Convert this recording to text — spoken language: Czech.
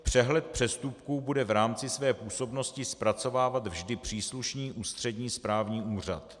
Přehled přestupků bude v rámci své působnosti zpracovávat vždy příslušný ústřední správní úřad.